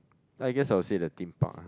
then I guess I'll say the Theme Park ah